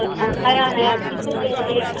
नया नया किछु नहि होइए